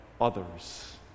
others